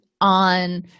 on